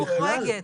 היא מוחרגת.